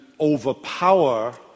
overpower